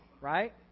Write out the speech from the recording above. right